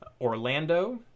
Orlando